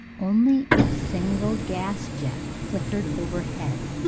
only a single gas jet flickered overhead,